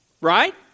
Right